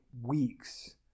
weeks